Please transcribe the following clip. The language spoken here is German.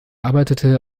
arbeitete